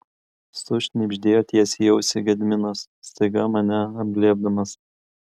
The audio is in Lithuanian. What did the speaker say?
sušnibždėjo tiesiai į ausį gediminas staiga mane apglėbdamas